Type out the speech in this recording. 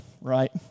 right